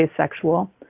asexual